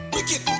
Wicked